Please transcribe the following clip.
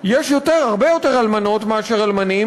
יש הרבה יותר אלמנות מאשר אלמנים,